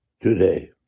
today